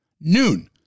noon